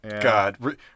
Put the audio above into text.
God